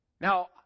Now